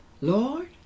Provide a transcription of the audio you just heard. Lord